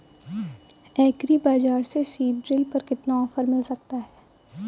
Agree बाजार से seed drill पर कितना ऑफर मिल सकता है?